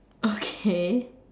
okay